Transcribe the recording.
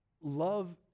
Love